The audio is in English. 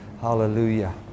Hallelujah